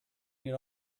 read